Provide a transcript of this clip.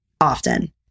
often